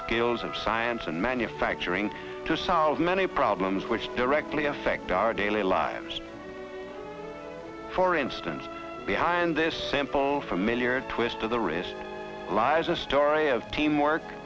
scales of science and manufacturing to solve many problems which directly affect our daily lives for instance behind this simple familiar twist of the wrist lies a story of teamwork